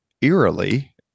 eerily